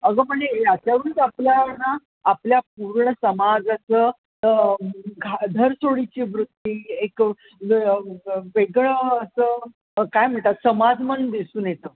अगं पण ह्याच्यावरूनच आपला हे ना आपल्या पूर्ण समाजाचं धरसोडीची वृत्ती एक वे वेगळं असं काय म्हणतात समाजमन दिसून येतं